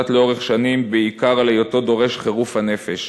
לאורך שנים בעיקר על היותו דורש חירוף הנפש,